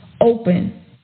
open